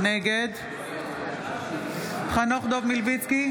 נגד חנוך דב מלביצקי,